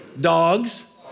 Dogs